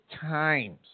times